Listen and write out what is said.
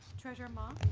treasurer ma?